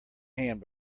hand